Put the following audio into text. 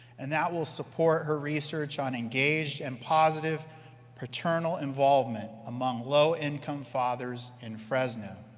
and that will support her research on engaged and positive paternal involvement among low-income fathers in fresno.